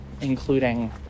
including